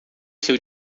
seu